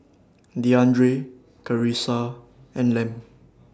Deandre Karissa and Lem